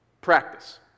practice